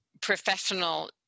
professional